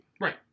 Right